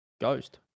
Ghost